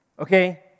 Okay